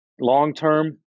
long-term